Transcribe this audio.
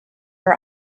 her